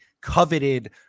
coveted